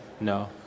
No